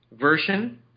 version